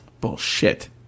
Bullshit